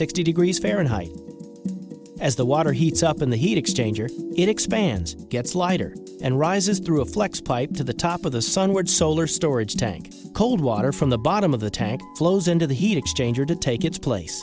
sixty degrees fahrenheit as the water heats up in the heat exchanger it expands gets lighter and rises through a flex pipe to the top of the sunward solar storage tank cold water from the bottom of the tank flows into the heat exchanger to take its place